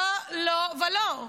לא, לא ולא.